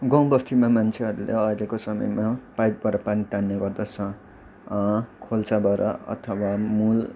गाउँ बस्तीमा मान्छेहरूले अहिलेको समयमा पाइपबाट पानी तान्ने गर्दछ खोल्साबाट अथवा मूल